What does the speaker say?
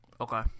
Okay